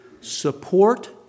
support